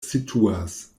situas